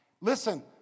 listen